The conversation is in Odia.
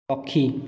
ପକ୍ଷୀ